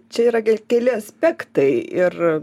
čia yra gal keli aspektai ir